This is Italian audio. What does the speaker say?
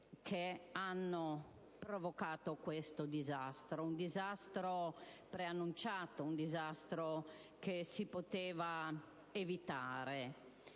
che hanno provocato tale disastro: un disastro preannunciato, un disastro che si poteva evitare.